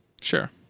Sure